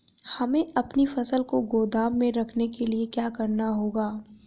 हमें अपनी फसल को गोदाम में रखने के लिये क्या करना होगा?